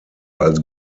als